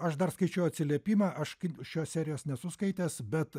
aš dar skaičiau atsiliepimą aš kaip šios serijos nesu skaitęs bet